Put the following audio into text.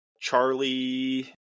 Charlie